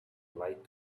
light